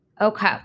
Okay